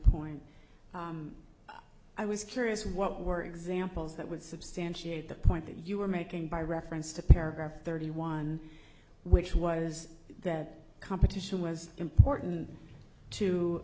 point i was curious what were examples that would substantiate the point that you were making by reference to paragraph thirty one which was that competition was important to